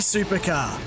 Supercar